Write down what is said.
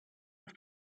auf